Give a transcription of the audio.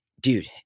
dude